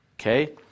Okay